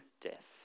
death